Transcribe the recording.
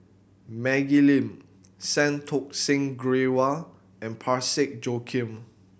Maggie Lim Santokh Singh Grewal and Parsick Joaquim